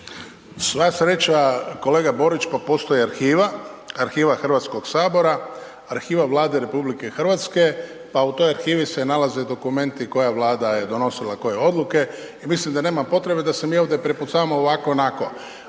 Sva sreća, kolega Borić pa postoji arhiva. Arhiva HS-a, arhiva Vlade RH pa u toj arhivi se nalaze dokumenti koja Vlada je donosila koje odluke i mislim da nema potrebe da se mi ovdje prepucavamo ovako-onako.